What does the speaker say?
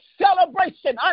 celebration